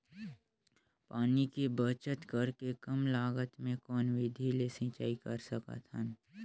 पानी के बचत करेके कम लागत मे कौन विधि ले सिंचाई कर सकत हन?